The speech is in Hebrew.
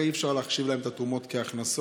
הרי אי-אפשר להחשיב להן את התרומות כהכנסות,